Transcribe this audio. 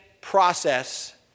process